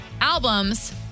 albums